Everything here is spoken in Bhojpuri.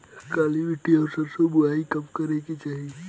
काली मिट्टी में सरसों के बुआई कब करे के चाही?